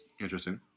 Interesting